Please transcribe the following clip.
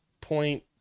point